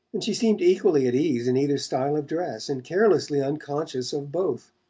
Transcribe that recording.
and she seemed equally at ease in either style of dress, and carelessly unconscious of both.